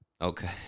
Okay